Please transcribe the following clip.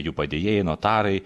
jų padėjėjai notarai